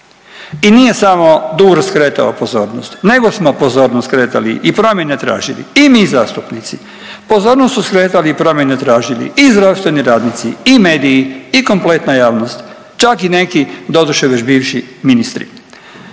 I nije samo DUR skretao pozornost, nego smo pozornost skretali i promjene tražili i mi zastupnici, pozornost su skretali i promjene tražili i zdravstveni radnici i mediji i kompletna javnost, čak i neki doduše već bivši ministri